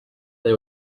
they